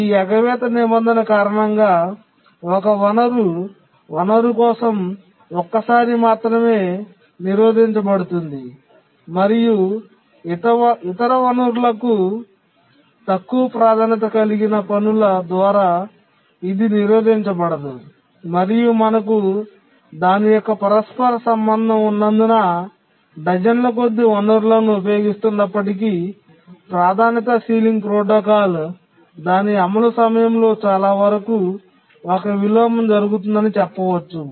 ఈ ఎగవేత నిబంధన కారణంగా ఒక వనరు వనరు కోసం ఒక్కసారి మాత్రమే నిరోధించబడుతుంది మరియు ఇతర వనరులకు తక్కువ ప్రాధాన్యత కలిగిన పనుల ద్వారా ఇది నిరోధించబడదు మరియు మనకు దాని యొక్క పరస్పర సంబంధం ఉన్నందున డజన్ల కొద్దీ వనరులను ఉపయోగిస్తున్నప్పటికీ ప్రాధాన్యత సీలింగ్ ప్రోటోకాల్ దాని అమలు సమయంలో చాలా వరకు ఒక విలోమం జరుగుతుందని చెప్పవచ్చు